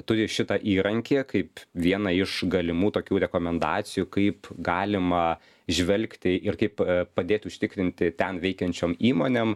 turi šitą įrankį kaip vieną iš galimų tokių rekomendacijų kaip galima žvelgti ir kaip padėti užtikrinti ten veikiančiom įmonėm